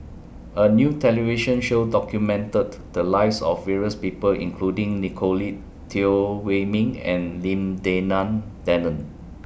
A New television Show documented The Lives of various People including Nicolette Teo Wei Min and Lim Denan Denon